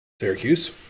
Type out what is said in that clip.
Syracuse